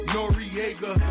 Noriega